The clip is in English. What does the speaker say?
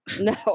No